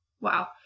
wow